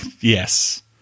yes